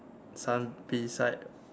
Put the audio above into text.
sun beside